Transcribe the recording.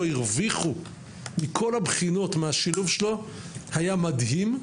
הרוויחו מכל הבחינות מהשילוב שלו היה מדהים,